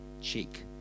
cheek